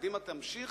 וקדימה תמשיך